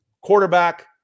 quarterback